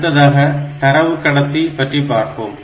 அடுத்ததாக தரவு கடத்தி பற்றி பார்ப்போம்